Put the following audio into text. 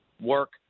work